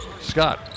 Scott